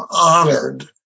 honored